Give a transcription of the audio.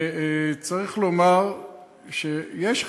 וצריך לומר שיש חקיקה.